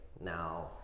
Now